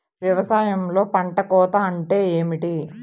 వ్యవసాయంలో పంట కోత అంటే ఏమిటి?